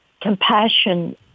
compassion